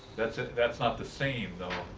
that's ah that's not the same, though.